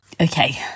okay